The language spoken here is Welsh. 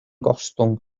gostwng